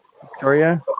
Victoria